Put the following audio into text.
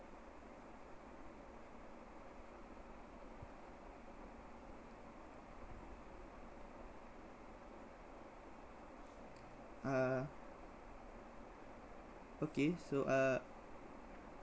uh okay so uh